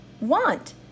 want